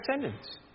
descendants